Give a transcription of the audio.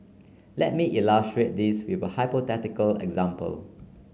let me illustrate this with a hypothetical example